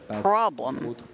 problem